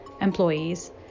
employees